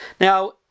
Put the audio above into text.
Now